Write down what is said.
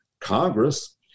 Congress